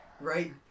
right